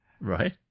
Right